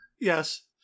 Yes